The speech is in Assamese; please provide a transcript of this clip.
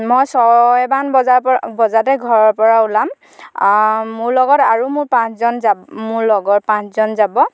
মই ছয়মান বজাৰ পৰা বজাতে ঘৰৰ পৰা ওলাম মোৰ লগত আৰু মোৰ পাঁচজন যাব মোৰ লগৰ পাঁচজন যাব